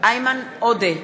איימן עודה,